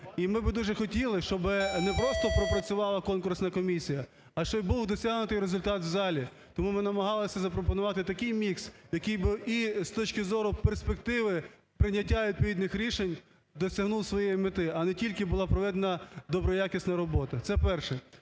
І ми би дуже хотіли, щоб непросто пропрацювала конкурсна комісія, а щоб був досягнутий результат в залі. Тому ми намагалися запропонувати такий мікс, який би і з точки зору перспективи прийняття відповідних рішень досягнув своєї мети, а не тільки була проведена доброякісна робота. Це перше.